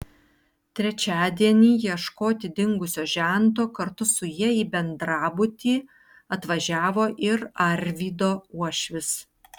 trečiadienį ieškoti dingusio žento kartu su ja į bendrabutį atvažiavo ir arvydo uošvis